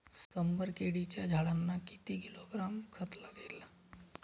शंभर केळीच्या झाडांना किती किलोग्रॅम खत लागेल?